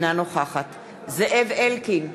אינה נוכחת זאב אלקין,